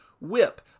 whip